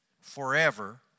Forever